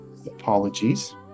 Apologies